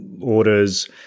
orders